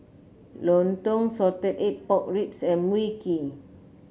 lontong Salted Egg Pork Ribs and Mui Kee